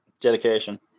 dedication